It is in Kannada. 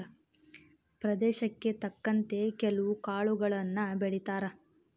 ಪ್ರದೇಶಕ್ಕೆ ತಕ್ಕಂತೆ ಕೆಲ್ವು ಕಾಳುಗಳನ್ನಾ ಬೆಳಿತಾರ